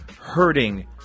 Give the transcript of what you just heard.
hurting